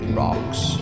rocks